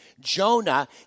Jonah